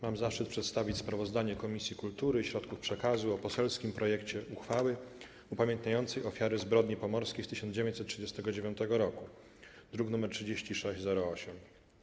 Mam zaszczyt przedstawić sprawozdanie Komisji Kultury i Środków Przekazu o poselskim projekcie uchwały upamiętniającej ofiary zbrodni pomorskiej z 1939 r., druk nr 3608.